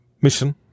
Mission